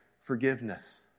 forgiveness